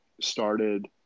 started